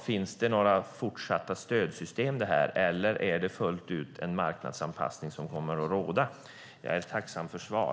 Finns det fortsatta stödsystem för det eller kommer en marknadsanpassning att råda fullt ut? Jag är tacksam för svar.